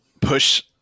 push